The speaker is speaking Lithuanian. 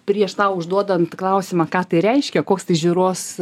prieš tau užduodant klausimą ką tai reiškia koks tai žiūros